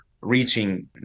reaching